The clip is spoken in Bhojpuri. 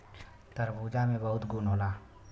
खरबूजा में बहुत गुन होला